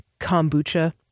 kombucha